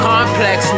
Complex